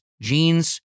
jeans